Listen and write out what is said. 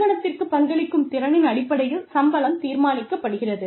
நிறுவனத்திற்குப் பங்களிக்கும் திறனின் அடிப்படையில் சம்பளம் தீர்மானிக்கப்படுகிறது